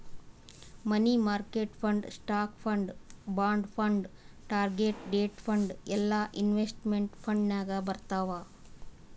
money market fund, stock fund, bond fund, target date fund ಎಲ್ಲಾ investment fund ನಾಗ್ ಬರ್ತಾವ್